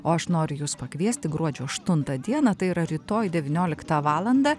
o aš noriu jus pakviesti gruodžio aštuntą dieną tai yra rytoj devynioliktą valandą